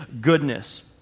goodness